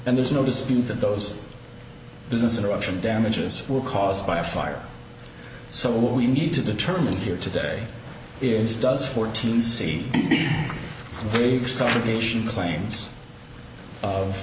and there's no dispute that those business interruption damages were caused by a fire so what we need to determine here today is does fourteen c believe some nation claims of